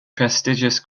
prestigious